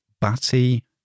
Batty